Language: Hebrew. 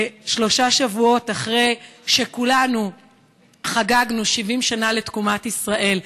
ושלושה שבועות אחרי שכולנו חגגנו 70 שנה לתקומת ישראל,